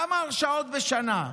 כמה הרשעות בשנה,